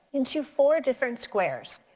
into four different squares.